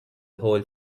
whole